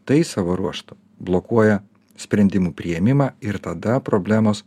tai savo ruožtu blokuoja sprendimų priėmimą ir tada problemos